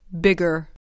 Bigger